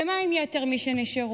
ומה עם יתר מי שנשארו?